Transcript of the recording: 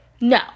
no